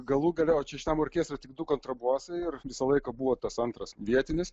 galų gale o čia šitam orkestre tik du kontrabosai ir visą laiką buvo tas antras vietinis